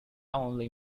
only